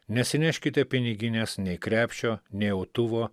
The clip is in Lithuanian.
nesineškite piniginės nei krepšio nei autuvo